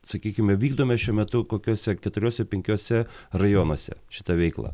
sakykime vykdome šiuo metu kokiuose keturiuose penkiuose rajonuose šitą veiklą